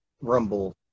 Rumble